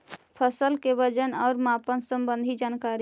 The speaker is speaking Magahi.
फसल के वजन और मापन संबंधी जनकारी?